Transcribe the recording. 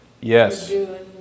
Yes